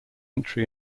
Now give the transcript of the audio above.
entry